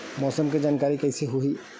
मौसम के जानकारी कइसे होही?